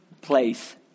place